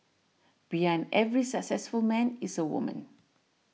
behind every successful man is a woman